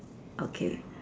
okay